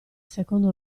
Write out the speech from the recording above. secondo